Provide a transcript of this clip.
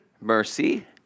mercy